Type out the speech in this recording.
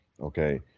Okay